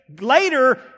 later